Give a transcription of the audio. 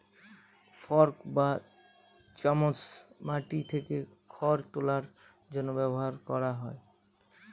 fork বা চামচ মাটি থেকে খড় তোলার জন্য ব্যবহার করা হয়